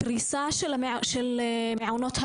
בנתיבות יש 47 אלף תושבים, ויש להם 18 מעונות.